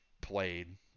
played